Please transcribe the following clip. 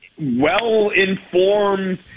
well-informed